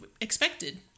expected